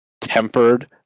tempered